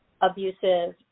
abusive